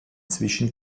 zwischen